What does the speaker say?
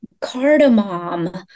cardamom